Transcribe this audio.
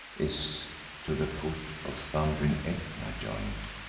is to the foot of thund'ring aetna join'd.